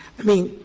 i mean,